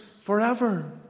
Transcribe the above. forever